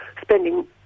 spending